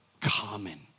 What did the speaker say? common